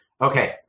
Okay